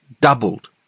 doubled